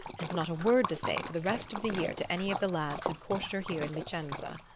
and not a word to say for the rest of the year to any of the lads who'd courted her here in vicenza.